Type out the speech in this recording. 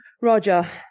Roger